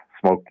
smoke